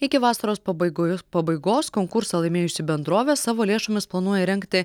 iki vasaros pabaigoj pabaigos konkursą laimėjusi bendrovė savo lėšomis planuoja įrengti